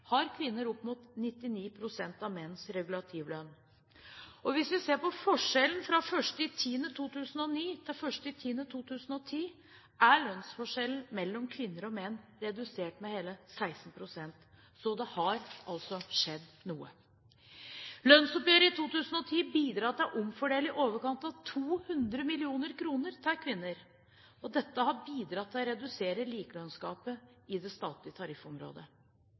har kvinner opp mot 99 pst. av menns regulativlønn. Vi ser at fra 1. oktober 2009 til 1. oktober 2010 er lønnsforskjellen mellom kvinner og menn redusert med hele 16 pst. Så det har altså skjedd noe. Lønnsoppgjøret i 2010 bidro til å omfordele i overkant av 200 mill. kr til kvinner. Dette har bidratt til å redusere likelønnsgapet i det statlige tariffområdet.